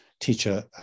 teacher